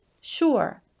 Sure